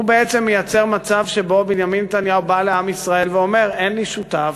הוא בעצם מייצר מצב שבו בנימין נתניהו בא לעם ישראל ואומר: אין לי שותף,